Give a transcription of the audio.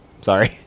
Sorry